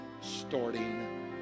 starting